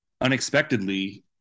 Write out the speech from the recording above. unexpectedly